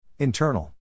Internal